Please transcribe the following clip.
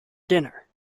dinner